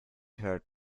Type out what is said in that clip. hurt